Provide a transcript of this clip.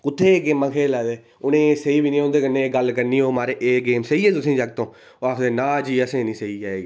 कुत्थें गेमां खेल्ला दे उनें ई एह् तेही बी नेईं उंदे नै एह् गल्ल करनी होऐ म्हाराज एह् गेम सेही ऐ तुसें जागतो ओह् आक्खदे ना जी असें ई निं सेही ऐ एह् गेम डउओशआ़